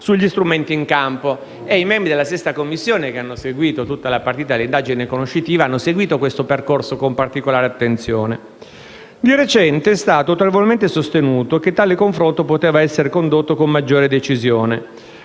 sugli strumenti in campo. I membri della Commissione, che hanno seguito tutta la questione attraverso un'indagine conoscitiva, hanno osservato il percorso con particolare attenzione. Di recente è stato autorevolmente sostenuto che tale confronto poteva essere condotto con maggiore decisione;